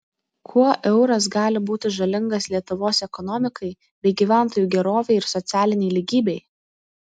kuo euras gali būti žalingas lietuvos ekonomikai bei gyventojų gerovei ir socialinei lygybei